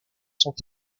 sont